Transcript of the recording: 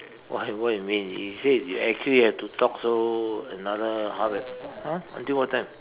what what you mean you said you actually have to talk so another half an !huh! until what time